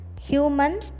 human